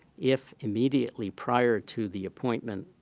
if immediately prior to the appointment,